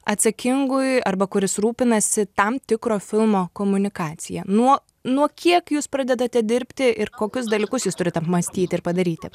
atsakingui arba kuris rūpinasi tam tikro filmo komunikacija nuo nuo kiek jūs pradedate dirbti ir kokius dalykus jūs turit apmąstyt ir padaryti